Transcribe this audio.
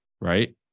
right